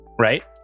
right